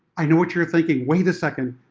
i know what you're thinking, wait a second,